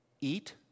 eat